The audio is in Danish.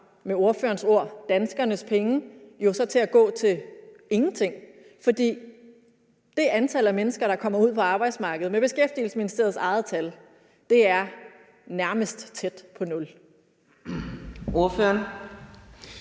med ordførerens ord – danskernes penge jo så til at gå til ingenting. For det antal af mennesker, der kommer ud på arbejdsmarkedet – med Beskæftigelsesministeriets eget tal – er nærmest tæt på nul. Kl.